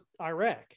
Iraq